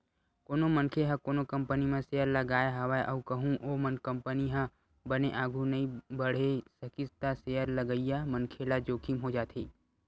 कोनो मनखे ह कोनो कंपनी म सेयर लगाय हवय अउ कहूँ ओ कंपनी ह बने आघु नइ बड़हे सकिस त सेयर लगइया मनखे ल जोखिम हो जाथे